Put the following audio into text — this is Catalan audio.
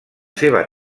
seva